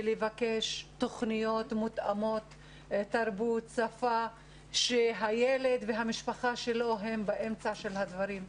לבקש תוכניות מותאמות תרבות ושפה שהילד והמשפחה שלו הם באמצע של הדברים.